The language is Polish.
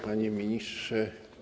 Panie Ministrze!